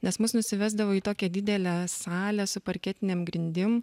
nes mus nusivesdavo į tokią didelę salę su parketinėm grindim